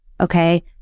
okay